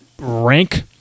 rank